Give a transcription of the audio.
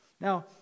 Now